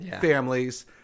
families